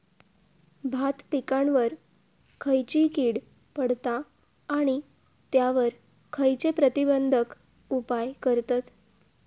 भात पिकांवर खैयची कीड पडता आणि त्यावर खैयचे प्रतिबंधक उपाय करतत?